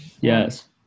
Yes